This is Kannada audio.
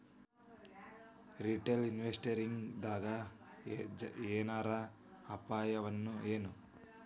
ರಿಟೇಲ್ ಇನ್ವೆಸ್ಟರ್ಸಿಂದಾ ಏನರ ಅಪಾಯವಎನು?